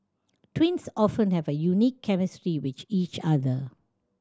twins often have a unique chemistry which each other